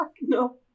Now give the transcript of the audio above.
no